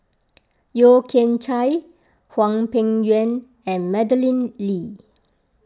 Yeo Kian Chai Hwang Peng Yuan and Madeleine Lee